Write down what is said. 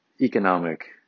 economic